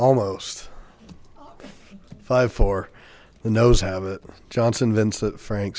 almost five for the nos have it johnson vincent frank